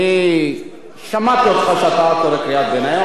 אני שמעתי אותך קורא קריאת ביניים,